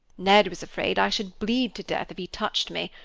ned was afraid i should bleed to death if he touched me.